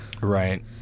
right